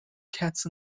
cats